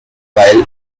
while